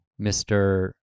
Mr